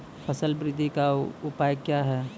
फसल बृद्धि का उपाय क्या हैं?